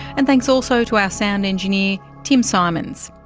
and thanks also to our sound engineer tim symonds.